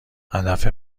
هدف